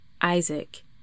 Isaac